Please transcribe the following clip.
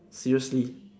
seriously